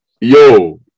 yo